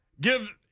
Give